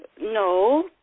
no